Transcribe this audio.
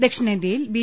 ദക്ഷിണേന്ത്യയിൽ ബി